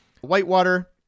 whitewater